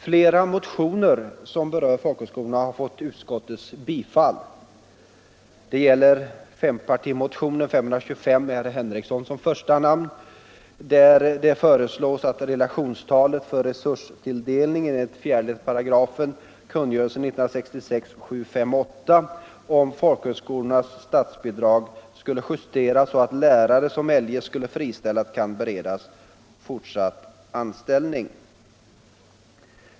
Flera motioner som berör folkhögskolorna har tillstyrkts av utskottet. Det gäller fempartimotionen 525 med herr Henrikson som första namn, där vi föreslår att relationstalen för resurstilldelning enligt 4 § kungörelsen 1966:758 om folkhögskolors statsbidrag justeras så att lärare som eljest skulle friställas kan beredas fortsatt anställning.